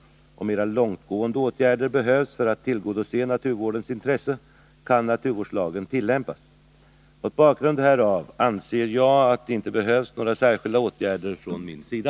Om mera långtgående åtgärder behövs för att tillgodose naturvårdens intressen kan naturvårdslagen tillämpas. Mot bakgrund härav anser jag att det inte behövs några särskilda åtgärder från min sida.